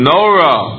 Nora